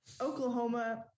Oklahoma